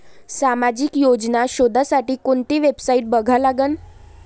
सामाजिक योजना शोधासाठी कोंती वेबसाईट बघा लागन?